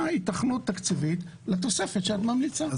היתכנות תקציבית לתוספת שהיא ממליצה.